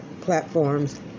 platforms